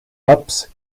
laps